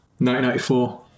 1994